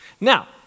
Now